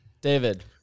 David